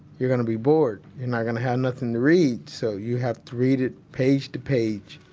you're going to be bored. you're not going to have nothing to read, so you have to read it page to page.